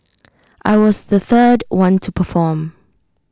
I was the third one to perform